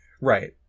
Right